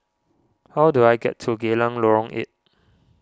how do I get to Geylang Lorong eight